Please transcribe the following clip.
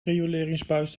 rioleringsbuis